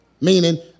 meaning